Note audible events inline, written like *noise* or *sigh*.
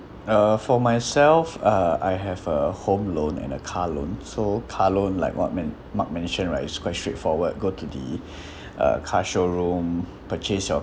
uh for myself uh I have a home loan and a car loan so car loan like mark men~ mark mentioned right is quite straightforward go to the *breath* uh car showroom purchase your